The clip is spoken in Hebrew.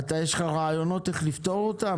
יש לך רעיונות איך לפתור אותן?